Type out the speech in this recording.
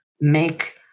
make